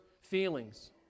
feelings